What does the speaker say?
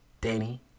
Danny